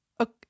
okay